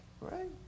right